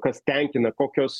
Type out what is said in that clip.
kas tenkina kokios